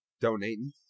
donating